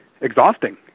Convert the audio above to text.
exhausting